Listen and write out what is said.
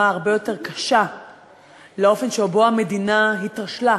הרבה יותר קשה לאופן שבו המדינה התרשלה